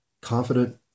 confident